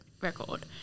record